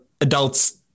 adults